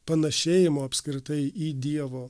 panašėjimo apskritai į dievo